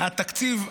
יש תקציב לרשות.